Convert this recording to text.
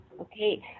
okay